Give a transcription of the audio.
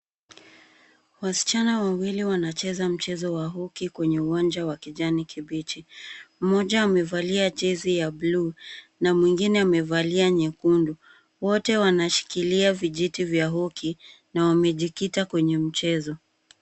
Wasichana wawili wanacheza mchezo wa hockey kwenye uwanja wa kijani kibichi. Mmoja amevalia jezi ya blue na mwingine amevalia nyekundu. Wote wanashikilia vijiti vya hockey na wamejikita kwenye mchezo.